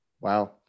Wow